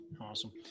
awesome